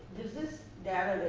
this data